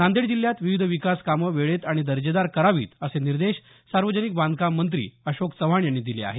नांदेड जिल्ह्यात विविध विकास कामं वेळेत आणि दर्जेदार करावीत असे निर्देश सार्वजनिक बांधकाम मंत्री अशोक चव्हाण यांनी दिले आहेत